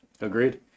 Agreed